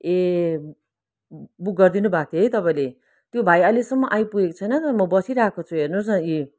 ए book गरिदिनु भएको थियो है तपाईँले त्यो भाइ अहिलेसम्म आइपुगेको छैन त म बसिरहेको छु हेर्नुहोस् न यी